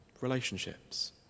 relationships